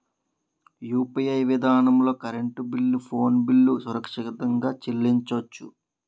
UPI విధానంలో current bill phone bill సురక్షితంగా చెల్లించొచ్చు